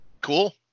Cool